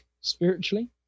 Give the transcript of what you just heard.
spiritually